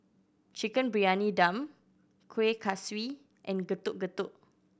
Chicken Briyani Dum Kuih Kaswi and Getuk Getuk